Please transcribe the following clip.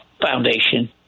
Foundation